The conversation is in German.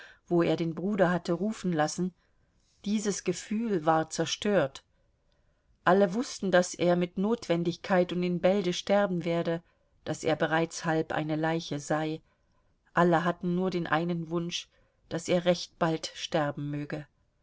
wo er den bruder hatte rufen lassen dieses gefühl war zerstört alle wußten daß er mit notwendigkeit und in bälde sterben werde daß er bereits halb eine leiche sei alle hatten nur den einen wunsch daß er recht bald sterben möge